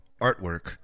artwork